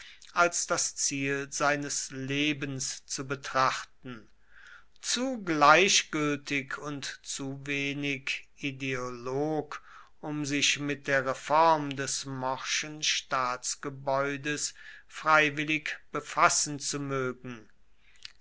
als das ziel seines lebens zu betrachten zu gleichgültig und zu wenig ideolog um sich mit der reform des morschen staatsgebäudes freiwillig befassen zu mögen